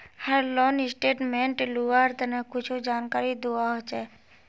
हर loan statement लुआर तने कुछु जानकारी दुआ होछे